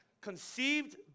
conceived